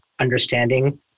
understanding